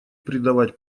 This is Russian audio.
предавать